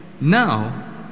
Now